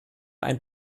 ein